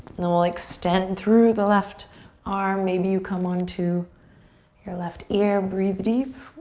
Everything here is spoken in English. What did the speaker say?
then we'll extend through the left arm. maybe you come onto your left ear, breathe deep.